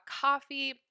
coffee